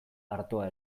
artoa